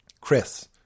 Chris